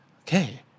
Okay